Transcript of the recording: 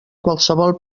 qualsevol